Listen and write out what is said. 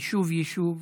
יישוב-יישוב,